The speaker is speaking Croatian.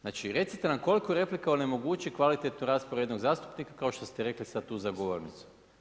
Znači recite nam, koliko replika onemogući kvalitetnu raspravu jednog zastupnika, kao što ste rekli sad tu za govornicu.